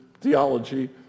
theology